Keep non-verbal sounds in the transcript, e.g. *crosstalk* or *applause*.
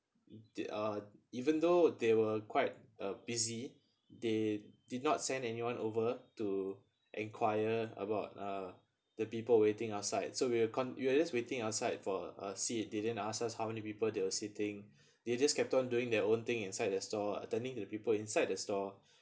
they uh even though they were quite a busy they did not send anyone over to enquire about uh the people waiting outside so we were con~ we were just waiting outside for a seat they didn't ask us how many people that will sitting *breath* they just kept on doing their own thing inside their store attending to the people inside the store *breath*